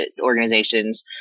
organizations